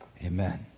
amen